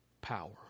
power